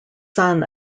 son